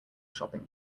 shopping